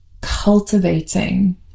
cultivating